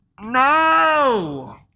No